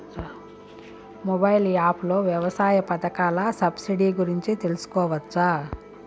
Mobile app లో వ్యవసాయ పథకాల సబ్సిడి గురించి తెలుసుకోవచ్చా?